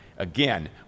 Again